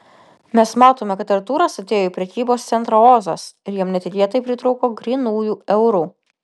mes matome kad artūras atėjo į prekybos centrą ozas ir jam netikėtai pritrūko grynųjų eurų